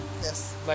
Yes